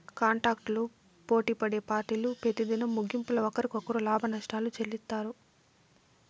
కాంటాక్టులు పోటిపడే పార్టీలు పెతిదినం ముగింపుల ఒకరికొకరు లాభనష్టాలు చెల్లిత్తారు